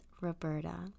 Roberta